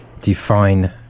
define